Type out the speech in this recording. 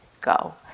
go